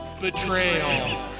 Betrayal